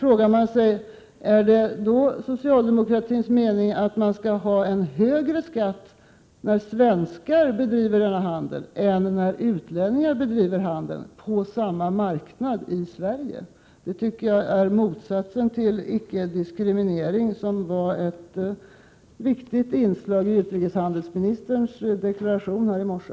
Jag vill fråga: Är det socialdemokratins mening att det skall vara en högre skatt när svenskar bedriver denna handel än när utlänningar bedriver handeln — på samma marknad, i Sverige? Det är motsatsen till ickediskriminerande, som var ett viktigt inslag i utrikeshandelsministerns deklaration här i morse.